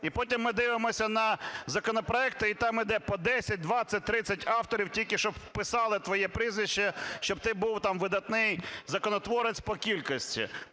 І потім ми дивимося на законопроекти, і там іде по 10-20-30 авторів, тільки щоб вписали твоє прізвище, щоб ти був там видатний законотворець по кількості.